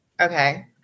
Okay